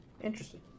Interesting